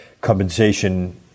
compensation